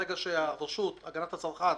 ברגע שהרשות להגנת הצרכן